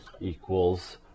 equals